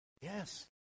Yes